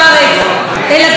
ואני שמחה על כך.